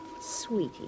Sweetie